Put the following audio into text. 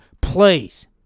please